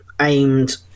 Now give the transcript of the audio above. aimed